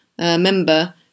member